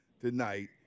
tonight